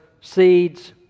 seeds